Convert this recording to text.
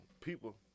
people